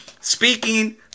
Speaking